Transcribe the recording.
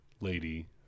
lady